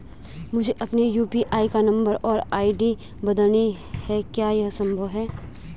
मुझे अपने यु.पी.आई का नम्बर और आई.डी बदलनी है क्या यह संभव है?